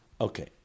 Okay